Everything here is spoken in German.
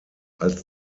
als